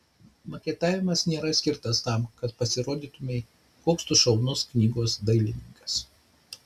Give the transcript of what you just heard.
maketavimas nėra skirtas tam kad pasirodytumei koks tu šaunus knygos dailininkas